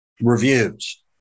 reviews